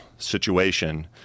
Situation